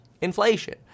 inflation